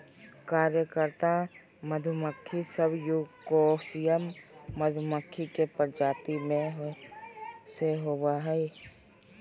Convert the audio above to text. कार्यकर्ता मधुमक्खी सब यूकोसियल मधुमक्खी के प्रजाति में से होबा हइ